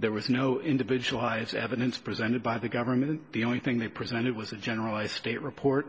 there was no individualized evidence presented by the government the only thing they presented was a generalized state report